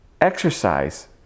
exercise